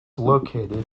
located